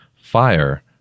Fire